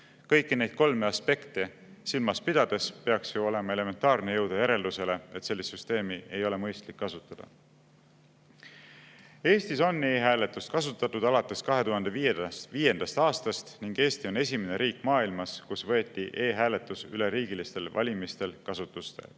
Kõiki neid kolme aspekti silmas pidades peaks ju olema elementaarne jõuda järeldusele, et sellist süsteemi ei ole mõistlik kasutada. Eestis on e-hääletust kasutatud alates 2005. aastast ning Eesti on esimene riik maailmas, kus võeti e-hääletus üleriigilistel valimistel kasutusele.